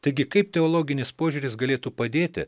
taigi kaip teologinis požiūris galėtų padėti